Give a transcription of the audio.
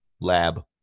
lab